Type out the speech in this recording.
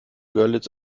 görlitz